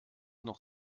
noch